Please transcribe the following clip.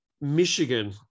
Michigan